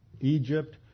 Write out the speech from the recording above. Egypt